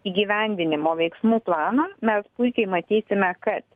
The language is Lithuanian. įgyvendinimo veiksmų planą mes puikiai matysime kad